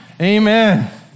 Amen